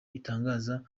itangaza